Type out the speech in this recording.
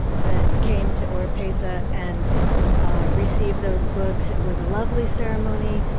that came to oropeza and received those books. it was a lovely ceremony.